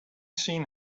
seen